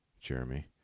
Jeremy